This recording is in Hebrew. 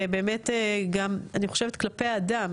ובאמת גם אני חושבת כלפי האדם,